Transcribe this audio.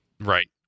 Right